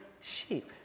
sheep